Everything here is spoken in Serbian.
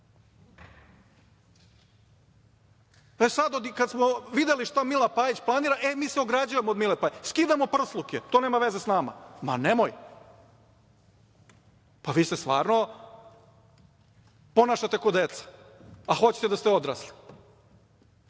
sada kada smo videli šta Mila Pajić planira, e, mi se ograđujemo od Mile Pajić. Skidamo prsluke, to nema veze sa nama. Ma, nemoj. Pa, vi se stvarno ponašate kao deca, a hoćete da ste odrasli.